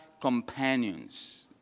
companions